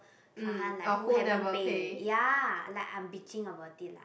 Farhan like who haven't pay ya like I'm bitching about it lah